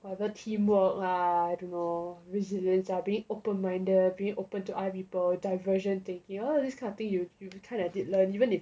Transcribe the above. whatever teamwork lah I don't know resilience ah being open minded being open to other people diversion thinking all of this kind of thing you you kind of did learn even in